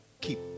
Keep